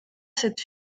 cette